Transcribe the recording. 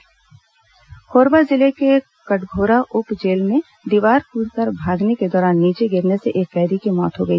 Korba jail break Korba जिले के कटघोरा उप जेल में दीवार कूदकर भागने के दौरान नीचे गिरने से एक कैदी की मौत हो गई